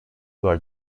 were